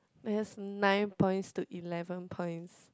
they has nine points to eleven points